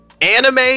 anime